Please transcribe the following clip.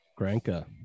Granka